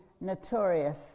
notorious